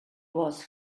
was